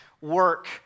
work